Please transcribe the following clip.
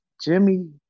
Jimmy